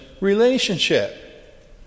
relationship